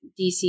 DC